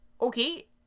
Okay